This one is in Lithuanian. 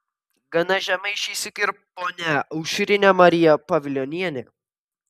gana žemai šįsyk ir ponia aušrinė marija pavilionienė